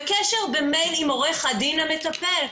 בקשר במייל עם עורך הדין המטפל.